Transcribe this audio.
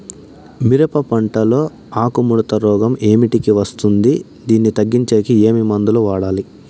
మిరప పంట లో ఆకు ముడత రోగం ఏమిటికి వస్తుంది, దీన్ని తగ్గించేకి ఏమి మందులు వాడాలి?